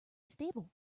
stable